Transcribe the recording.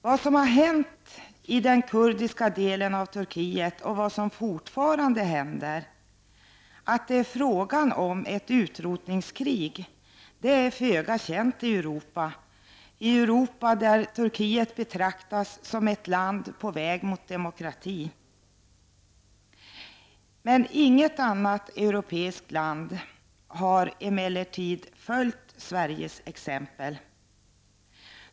Vad som har hänt i den kurdiska delen av Turkiet och vad som fortfarande händer där är att det pågår ett utrotningskrig som är föga känt i Europa, där Turkiet betraktas som ett land på väg mot demokrati. Inget annat europeiskt land har emellertid följt Sveriges exempel.